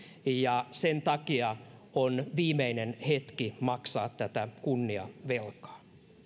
ja sen takia on viimeinen hetki maksaa tätä kunniavelkaa